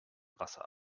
wasser